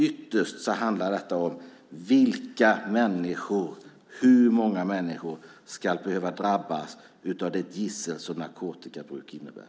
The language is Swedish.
Ytterst handlar detta om hur många människor som ska behöva drabbas av det gissel som narkotikabruk innebär.